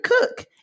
cook